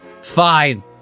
Fine